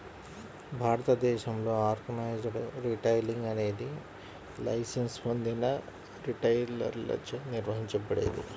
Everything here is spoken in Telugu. భారతదేశంలో ఆర్గనైజ్డ్ రిటైలింగ్ అనేది లైసెన్స్ పొందిన రిటైలర్లచే నిర్వహించబడేది